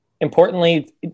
Importantly